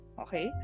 Okay